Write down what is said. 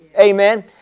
Amen